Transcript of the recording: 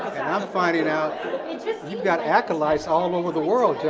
i'm finding out you've got accolades all over the world, jon,